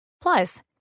Plus